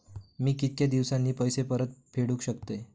मी कीतक्या दिवसांनी पैसे परत फेडुक शकतय?